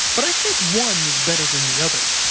but i think one is better than the other.